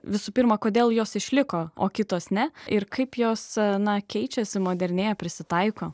visų pirma kodėl jos išliko o kitos ne ir kaip jos na keičiasi modernėja prisitaiko